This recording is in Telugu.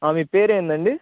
మీ పేరేందండి